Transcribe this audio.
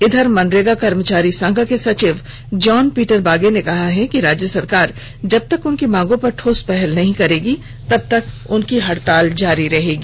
इधर मनरेगा कर्मचारी संघ के सचिव जॉन पीटर बागे ने कहा कि राज्य सरकार जबतक उनकी मांगों पर ठोस पहल नहीं करेगी तब तक उनकी हड़ताल जारी रहेगी